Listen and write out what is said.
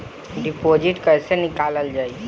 Deposit कैसे निकालल जाइ?